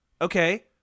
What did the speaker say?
Okay